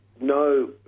no